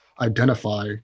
identify